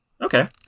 Okay